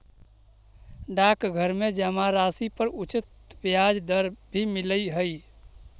डाकघर में जमा राशि पर उचित ब्याज दर भी मिलऽ हइ